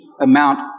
amount